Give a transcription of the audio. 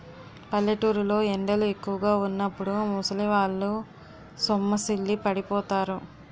పల్లెటూరు లో ఎండలు ఎక్కువుగా వున్నప్పుడు ముసలివాళ్ళు సొమ్మసిల్లి పడిపోతారు